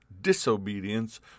disobedience